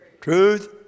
Truth